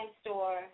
Store